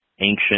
ancient